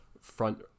front